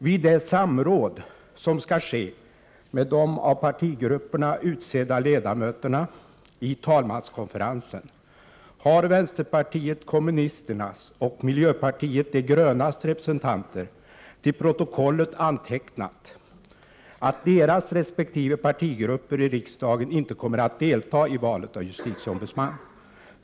Vid det samråd som skall ske med de av partigrupperna utsedda ledamöterna i talmanskonferensen har vänsterpartiet kommunisternas och miljöpartiet de grönas representanter till protokollet antecknat att deras resp. partigrupper i riksdagen inte kommer att delta i valet av justitieombudsman.